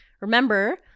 Remember